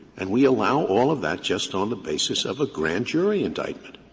and we allow all of that just on the basis of a grand jury indictment.